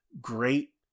great